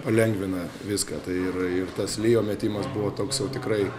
palengvina viską tai ir ir tas lijo metimas buvo toks jau tikrai